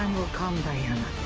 um will come. diana.